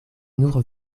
nur